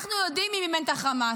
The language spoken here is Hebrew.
אנחנו יודעים מי מימן את חמאס,